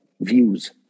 views